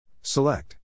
Select